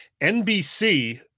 NBC